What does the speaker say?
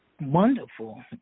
wonderful